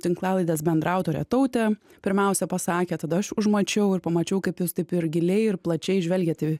tinklalaidės bendraautorė tautė pirmiausia pasakė tada aš užmačiau ir pamačiau kaip jūs taip ir giliai ir plačiai žvelgiat į